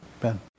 Ben